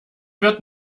wird